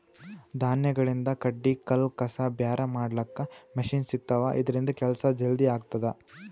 ಧಾನ್ಯಗಳಿಂದ್ ಕಡ್ಡಿ ಕಲ್ಲ್ ಕಸ ಬ್ಯಾರೆ ಮಾಡ್ಲಕ್ಕ್ ಮಷಿನ್ ಸಿಗ್ತವಾ ಇದ್ರಿಂದ್ ಕೆಲ್ಸಾ ಜಲ್ದಿ ಆಗ್ತದಾ